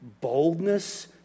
Boldness